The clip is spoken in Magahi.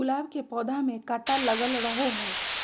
गुलाब के पौधा में काटा लगल रहो हय